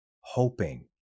hoping